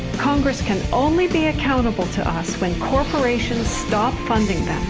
congress can only be accountable to us when corporations stop funding